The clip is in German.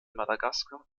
madagaskar